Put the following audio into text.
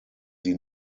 sie